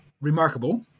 remarkable